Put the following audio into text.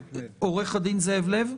עו"ד זאב לב,